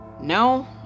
No